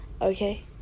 okay